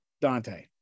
Dante